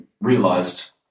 realised